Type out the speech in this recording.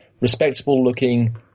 respectable-looking